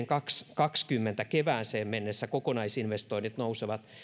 kaksituhattakaksikymmentä kevääseen mennessä kokonaisinvestoinnit nousevat